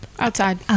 Outside